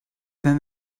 then